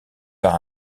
par